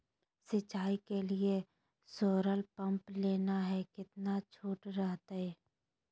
सिंचाई के लिए सोलर पंप लेना है कितना छुट रहतैय?